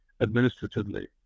administratively